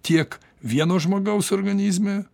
tiek vieno žmogaus organizme